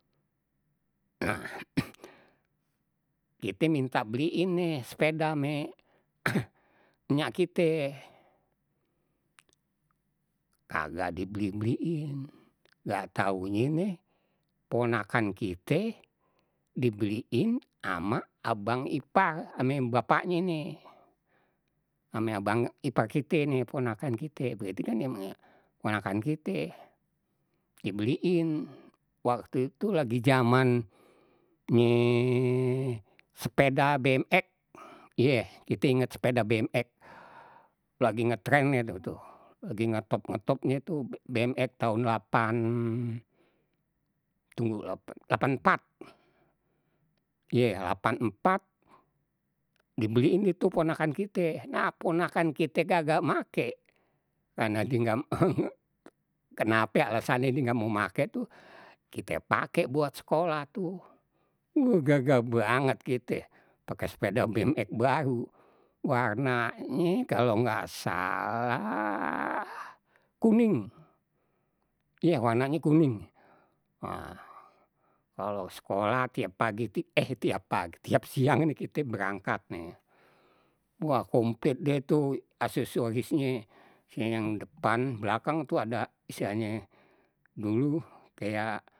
Nah kita minta beliin nih sepeda me nyak kite, kagak dibeli beliin nggak taunye nih ponakan kite dibeliin ama abang ipar, ame bapaknye nih ame abang ipar kite nih ponakan kite ponakan kite, dibeliin waktu itu lagi jamannye sepeda bmx iye kita inget sepeda bmx, lagi ngetrennye deh tu lagi ngetop-ngetopnye tu bmx taun lapan tunggu lapan, lapan empat ye lapan empat dibeliin deh tu ponakan kite, nah ponakan kite kagak make kenape alesannye die ga mau make tuh, kite pake buat sekolah tuh, wuh gagah banget kite pake sepeda bmx baru warnanye kalau ngak salah kuning, iye warnanye kuning. Nah kalau sekolah tiap pagi ti eh tiap pagi tiap siang ini kite berangkat ni wah komplit deh tu asesorisnye yang depan belakang tu ada istilahnye dulu kayak.